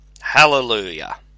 Hallelujah